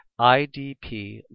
IDP